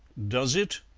does it?